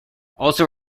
also